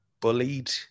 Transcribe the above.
bullied